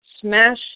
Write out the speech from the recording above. Smash